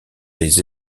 les